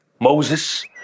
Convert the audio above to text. Moses